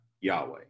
Yahweh